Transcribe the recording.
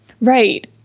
right